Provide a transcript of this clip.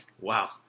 Wow